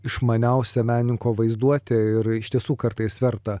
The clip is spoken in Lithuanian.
išmaniausia menininko vaizduotė ir iš tiesų kartais verta